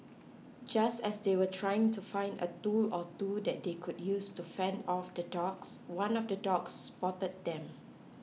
just as they were trying to find a tool or two that they could use to fend off the dogs one of the dogs spotted them